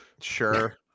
Sure